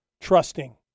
trusting